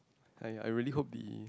!aiya! I really hope the